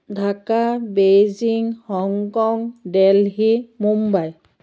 Dhaka Beijing Hong Kong Delhi Mumbai